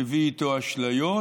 מביא איתו אשליות.